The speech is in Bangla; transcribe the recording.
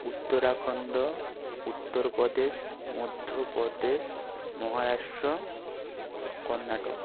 উত্তরাখন্ড উত্তরপ্রদেশ মধ্যপ্রদেশ মহারাষ্ট্র কর্ণাটক